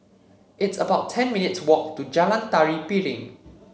it's about ten minutes' walk to Jalan Tari Piring